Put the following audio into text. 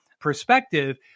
perspective